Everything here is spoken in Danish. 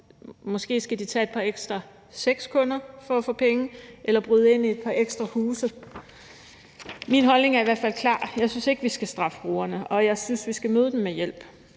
Måske skal de tage et par ekstra sexkunder for at få penge eller bryde ind i et par ekstra huse. Min holdning er i hvert fald klar. Jeg synes ikke, at vi skal straffe brugerne, og jeg synes, at vi skal møde dem med hjælp.